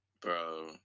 Bro